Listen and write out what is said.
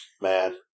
Man